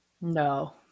No